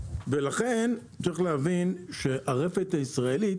לכן צריך להבין שהרפת הישראלית